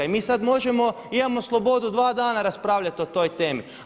I mi sad možemo, imamo slobodu dva dana raspravljati o toj temi.